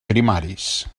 primaris